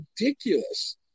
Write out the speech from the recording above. ridiculous